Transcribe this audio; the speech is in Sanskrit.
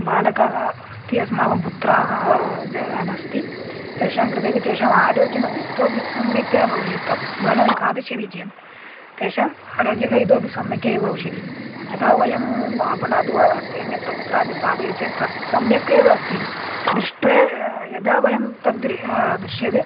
बालकाः अस्ति अस्माकं पुत्राः जनाः अस्ति तेषां कृते अपि तेषाम् आरोग्यमपि इतोऽपि सम्यक्तया भविष्यति तत् फलं खादिष्यति चेत् तेषाम् आरोग्यः इतोऽपि सम्यक् एव भविष्यति अतः वयं आपणात् वा अन्यत्र कुत्रापि स्थापयति चेत् तत् सम्यक् एव अस्ति दृष्ट्वा यदा वयं तद् दृश्यते